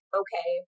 okay